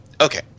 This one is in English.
okay